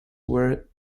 were